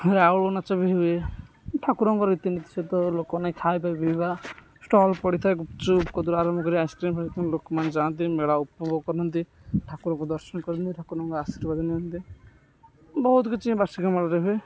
ରାଉଳୁ ନାଚ ବି ହୁଏ ଠାକୁରଙ୍କର ରୀତିନୀତି ସହିତ ଲୋକଙ୍କ ନାଗି ଖାଇବା ବିଇବା ଷ୍ଟଲ୍ ପଡ଼ିଥାଏ ଗୁପଚୁପ୍ କତୁରୁ ଆରମ୍ଭ କରି ଆଇସ୍କ୍ରିମ୍ଫାଇସ୍କ୍ରିମ୍ ଲୋକମାନେ ଯାଆନ୍ତି ମେଳା ଉପଭୋଗ କରନ୍ତି ଠାକୁରଙ୍କୁ ଦର୍ଶନ କରନ୍ତି ଠାକୁରଙ୍କ ଆଶୀର୍ବାଦ ନିଅନ୍ତି ବହୁତ କିଛି ବାର୍ଷିକ ମେଳାରେ ହୁଏ